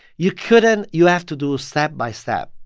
you couldn't you have to do step-by-step.